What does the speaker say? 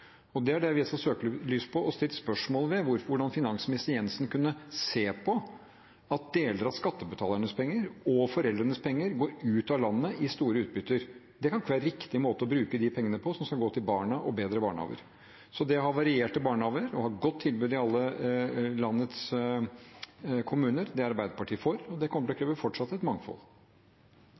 og stilt spørsmål ved hvordan finansminister Jensen kunne se på at deler av skattebetalernes penger og foreldrenes penger går ut av landet i store utbytter. Det kan ikke være riktig måte å bruke de pengene på som skal gå til barna og bedre barnehager. Det å ha varierte barnehager og ha et godt tilbud i alle landets kommuner er Arbeiderpartiet for, og det kommer fortsatt til å kreve et mangfold.